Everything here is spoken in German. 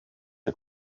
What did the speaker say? der